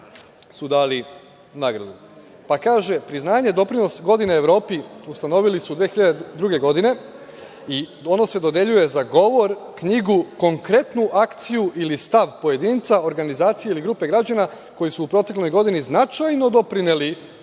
su dali nagradu. Kaže - priznanje doprinos godine Evropi ustanovili su 2002. godine i ono se dodeljuje za govor, knjigu, konkretnu akciju ili stav pojedinca, organizacije, ili grupe građana koji su protekloj godini značajno doprineli